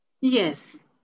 Yes